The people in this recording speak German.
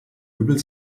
übel